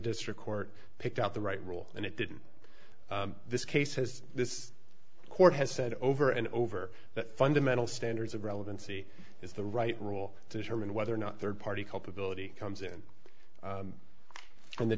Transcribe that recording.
district court picked out the right rule and it didn't this case has this court has said over and over that fundamental standards of relevancy is the right rule determine whether or not third party culpability comes in